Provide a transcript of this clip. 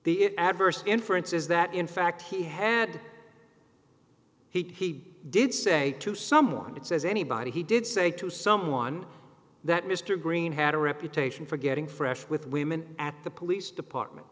it adverse inference is that in fact he had he did say to someone that says anybody he did say to someone that mr green had a reputation for getting fresh with women at the police department